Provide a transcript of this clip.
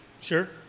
Sure